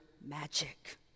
magic